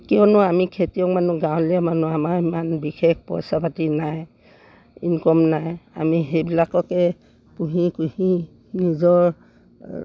কিয়নো আমি খেতিয়ক মানুহ গাঁৱলীয়া মানুহ আমাৰ ইমান বিশেষ পইচা পাতি নাই ইনকম নাই আমি সেইবিলাককে পুহি কুঁহি নিজৰ